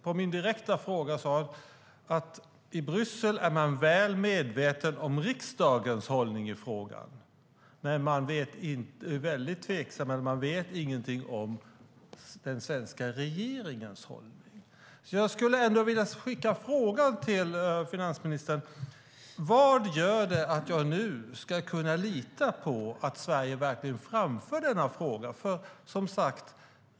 På min direkta fråga sade han: I Bryssel är man väl medveten om riksdagens hållning i frågan, men man vet ingenting om den svenska regeringens hållning. Jag skulle ändå vilja skicka frågan till finansministern: Vad gör att jag nu ska kunna lita på att Sverige verkligen framför denna fråga?